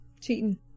Cheating